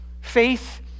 Faith